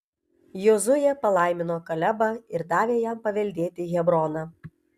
jozuė palaimino kalebą ir davė jam paveldėti hebroną